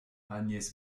agnès